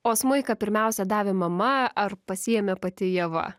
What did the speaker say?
o smuiką pirmiausia davė mama ar pasiėmė pati ieva